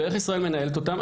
איך ישראל מנהלת אותם?